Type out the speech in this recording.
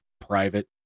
private